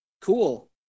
cool